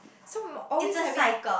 so always having